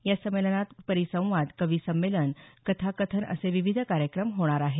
या संमेलनात परिसंवाद कवी संमेलन कथाकथन असे विविध कार्यक्रम होणार आहेत